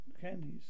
candies